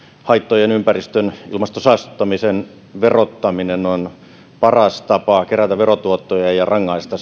haittojen ympäristön ja ilmaston saastuttamisen verottaminen on paras tapa kerätä verotuottoja ja rangaista